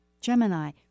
Gemini